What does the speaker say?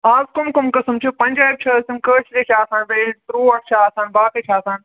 اَز کُم کُم قٕسٕم چھِ پَنجٲبۍ چھا حظ کِنہٕ کٲشرِ چھِ آسان بیٚیہِ ٹرٛوُٹ چھِ آسان باقٕے چھِ آسان